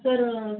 sir